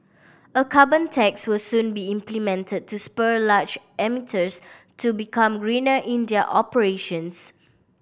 a carbon tax will soon be implemented to spur large emitters to become greener in their operations